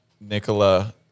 nicola